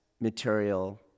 material